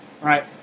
right